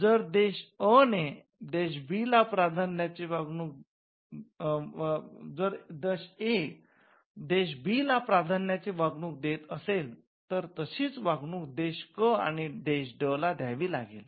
जर देश अ देश ब ला प्राधान्याची वागणूक देत असेल तर तशीच वागणूक देश क आणि देश ड ला द्यावी लागेल